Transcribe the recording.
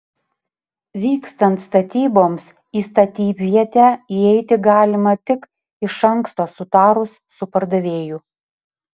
vykstant statyboms į statybvietę įeiti galima tik iš anksto sutarus su pardavėju